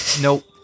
nope